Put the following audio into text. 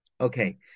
Okay